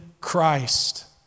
Christ